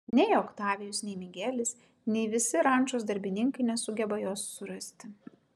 nei oktavijus nei migelis nei visi rančos darbininkai nesugeba jos surasti